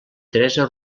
teresa